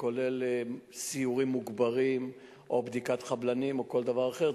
כולל סיורים מוגברים או בדיקת חבלנים או כל דבר אחר.